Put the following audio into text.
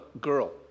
girl